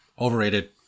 overrated